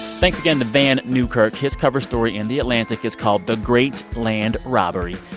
thanks again to vann newkirk. his cover story in the atlantic is called the great land robbery.